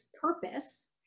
purpose